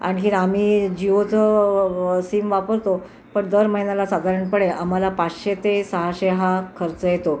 आणखीन आम्ही जिओचं सिम वापरतो पण दर महिन्याला साधारणपणे आम्हाला पाचशे ते सहाशे हा खर्च येतो